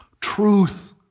truth